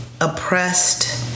oppressed